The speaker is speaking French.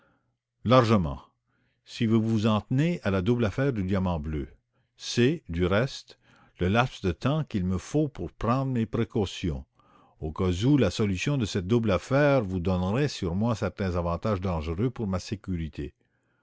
largement si vous vous en tenez à la double affaire du diamant bleu c'est du reste le laps de temps qu'il me faut pour prendre mes précautions au cas où la solution de cette double affaire vous donnerait sur moi certains avantages dangereux pour ma sécurité